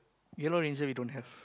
yellow ranger we don't have